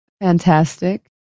Fantastic